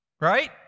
right